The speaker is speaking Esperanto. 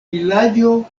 vilaĝo